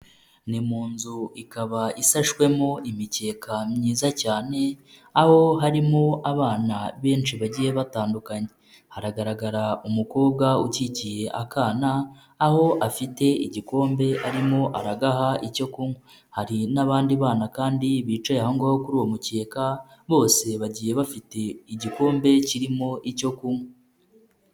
Ni mu nzu ikaba isashwemo imikeka myiza cyane aho harimo abana benshi bagiye batandukanye hagaragara umukobwa ukikiye akana aho afite igikombe arimo aragaha icyo kunywa hari n'abandi bana kandi bicaye ahongaho kuri uwo mukeka bose bagiye bafite igikombe kirimo icyo kunywa.